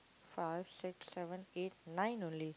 five six seven eight nine only